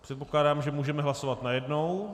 Předpokládám, že můžeme hlasovat najednou.